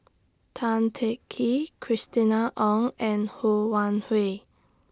Tan Teng Kee Christina Ong and Ho Wan Hui